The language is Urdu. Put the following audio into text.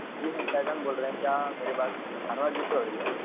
جی ہم فیضان بول رہے ہیں کیا میری بات انور جی سے ہو رہی ہے